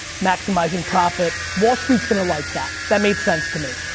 maximizing profit. wall street's gonna like that. that made sense to me.